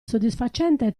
soddisfacente